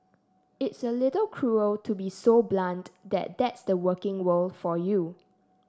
it's a little cruel to be so blunt but that's the working world for you